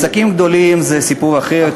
עסקים גדולים זה סיפור אחר,